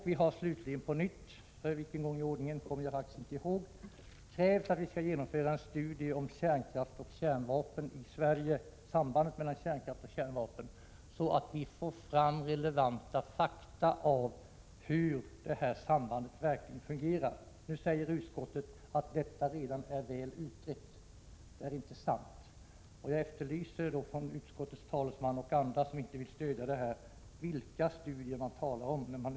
Vi har slutligen på nytt — för vilken gång i ordningen kommer jag inte ihåg — krävt att Sverige skall genomföra en studie av sambandet mellan kärnkraft och kärnvapen i Sverige, så att vi får fram relevanta fakta om hur detta samband verkligen fungerar. Utskottet säger att det redan är väl utrett. Det är inte sant. Jag efterlyser, från utskottets talesman och andra som inte vill stödja vårt krav, uppgifter om vilka studier man talar om.